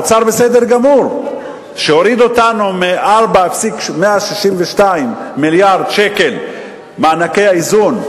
האוצר בסדר גמור שהוריד אותנו מ-4.162 מיליארד שקל מענקי איזון,